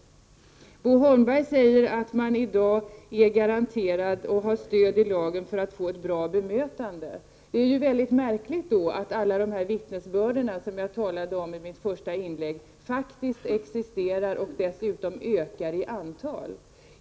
Bo Holmberg säger att man i dag är garanterad och har stöd i lagen för att få ett bra bemötande. Det är då väldigt märkligt att alla vittnesbörden som jag talade om i mitt första inlägg faktiskt existerar och dessutom ökar i antal.